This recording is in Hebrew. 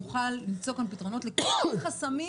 נוכל למצוא כאן פתרונות לכל מיני חסמים,